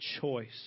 choice